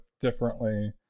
differently